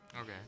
Okay